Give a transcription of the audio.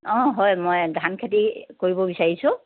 অঁ হয় মই ধান খেতি কৰিব বিচাৰিছোঁ